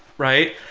right?